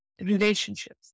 relationships